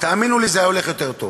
תאמינו לי שזה היה הולך יותר טוב.